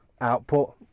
output